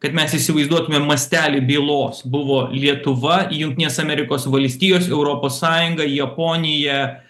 kad mes įsivaizduotumėm mastelį bylos buvo lietuva jungtinės amerikos valstijos europos sąjunga japonija